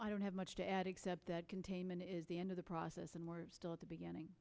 i don't have much to add except that containment is the end of the process and we're still at the beginning